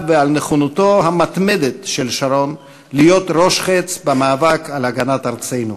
ועל נכונותו המתמדת של שרון להיות ראש חץ במאבק על הגנת ארצנו.